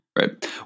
Right